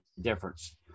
difference